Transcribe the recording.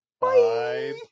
Bye